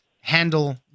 handle